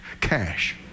cash